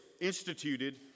instituted